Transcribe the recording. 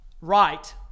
Right